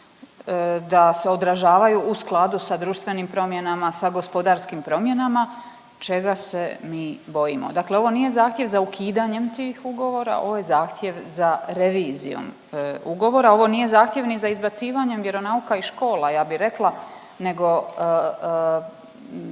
da se odražavaju u skladu sa društvenim promjenama, sa gospodarskim promjenama, čega se mi bojimo? Dakle ovo nije zahtjev za ukidanjem tih ugovora, ovo je zahtjev za revizijom ugovora, ovo nije zahtjev ni za izbacivanjem vjeronauka iz škola, ja bih rekla, nego